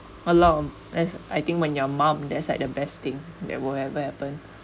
as I think when your mum that's like the best thing that will ever happen